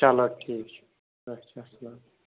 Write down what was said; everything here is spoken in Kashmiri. چلو ٹھیٖک چھُ اچھا السلام علیکُم